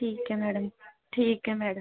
ठीक है मैडम ठीक है मैडम